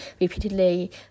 repeatedly